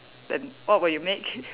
then what will you make